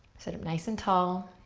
sit up nice and tall.